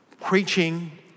preaching